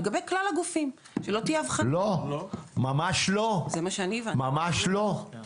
הגנות רחבות יותר ביחס לחושפי שחיתויות,